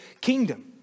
kingdom